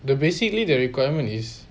the basically the requirement is